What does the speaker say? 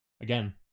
again